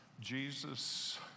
Jesus